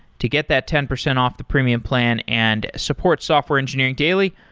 to get that ten percent off the premium plan and support software engineering daily,